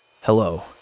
Hello